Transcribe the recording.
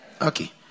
Okay